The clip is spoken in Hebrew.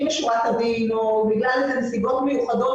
תודה ובהזדמנות הזו אדוני אני רוצה להודות